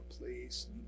please